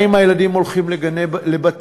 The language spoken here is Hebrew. האם הילדים הולכים לבתי-הספר?